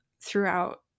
throughout